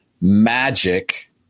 magic